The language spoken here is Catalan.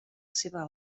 seva